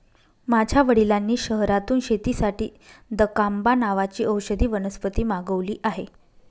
माझ्या वडिलांनी शहरातून शेतीसाठी दकांबा नावाची औषधी वनस्पती मागवली आहे